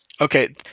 Okay